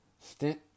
stint